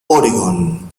oregón